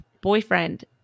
boyfriend